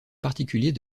particulier